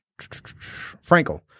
Frankel